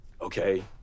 okay